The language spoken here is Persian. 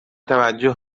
توجه